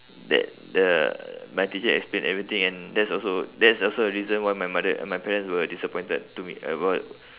that the my teacher explained everything and that's also that's also the reason why my mother and my parents were disappointed to me about